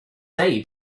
day